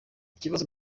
ikibazo